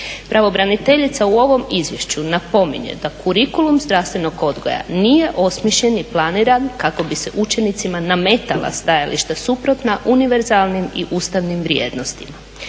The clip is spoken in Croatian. Pravobraniteljica u ovom izvješću napominje da kurikulum zdravstvenog odgoja nije osmišljen i planiran kako bi se učenicima nametala stajališta suprotna univerzalnim i ustavnim vrijednostima.